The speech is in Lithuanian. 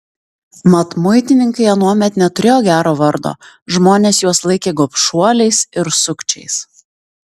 mat muitininkai anuomet neturėjo gero vardo žmonės juos laikė gobšuoliais ir sukčiais